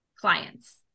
clients